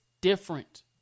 different